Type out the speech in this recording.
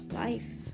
life